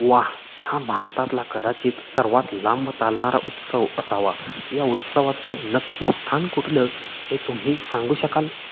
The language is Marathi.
वा हा भारतातला कदाचित सर्वात लांब चालणारा उत्सव असावा या उत्सवाचं नक्की स्थान कुठलं हे तुम्ही सांगू शकाल